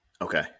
Okay